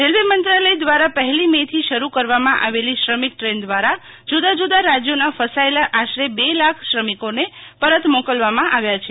railway મંત્લાય દ્રારા પહેલી મે થી શરૂ કરવામાં આવેલી શ્રમિક દ્રેન દ્વારા જુદા જુદા રાજયોના ફસાયેલા આશરે બે લાખ શ્રમિકોને પરત મોકલવામાં આવ્યા છે